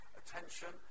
attention